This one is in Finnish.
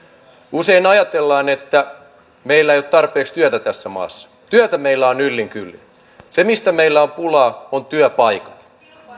usein ajatellaan että meillä ei ole tarpeeksi työtä tässä maassa työtä meillä on yllin kyllin se mistä meillä on pulaa on työpaikat